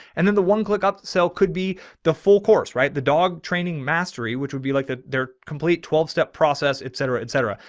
and then the one click up sell could be the full course, right. the dog training mastery, which would be like the. complete twelve step process, et cetera, et cetera.